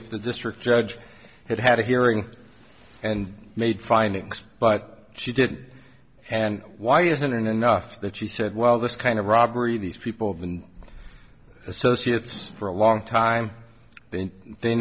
if the district judge had had a hearing and made findings but she did and why isn't it enough that she said well this kind of robbery these people been associates for a long time they